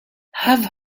have